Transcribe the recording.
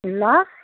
ल